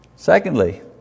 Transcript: Secondly